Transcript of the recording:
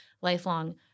lifelong